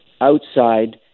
outside